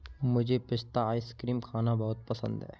मुझे पिस्ता आइसक्रीम खाना बहुत पसंद है